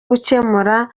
gukemura